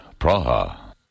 Praha